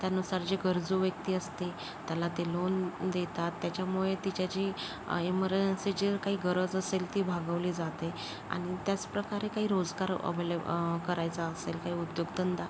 त्यानुसार जे गरजू व्यक्ती असते त्याला ते लोन देतात त्याच्यामुळे तिच्या जी इमर्जन्सीची काही गरज असेल ती भागवली जाते आणि त्याचप्रकारे काही रोजगार अवलेब करायचा असेल काही उद्योग धंदा